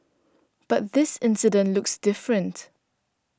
but this incident looks different